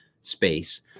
space